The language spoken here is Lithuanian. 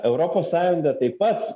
europos sąjunga taip pat